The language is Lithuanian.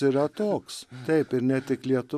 yra toks taip ir ne tik lietų